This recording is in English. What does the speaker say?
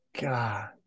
god